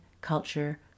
Culture